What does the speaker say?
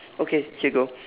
okay here go